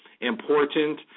important